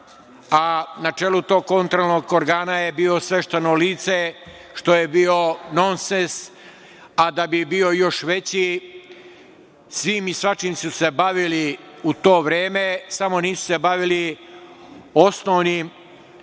a na čelu tog kontrolnog organa je bilo svešteno lice, što je bio nonsens, a da bi bio još veći, svim i svačim su se bavili u to vreme, samo se nisu bavili osnovnim